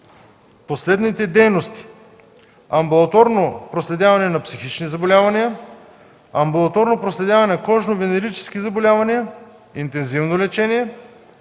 по следните дейности: амбулаторно проследяване на психични заболявания, амбулаторно проследяване на кожно-венерически заболявания, интензивно лечение,